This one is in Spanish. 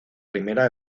primera